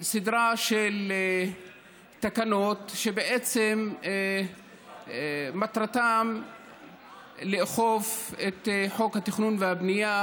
סדרה של תקנות שמטרתן לאכוף את חוק התכנון והבנייה,